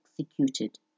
executed